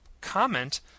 comment